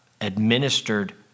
administered